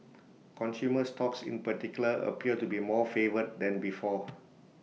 consumer stocks in particular appear to be more favoured than before